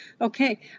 Okay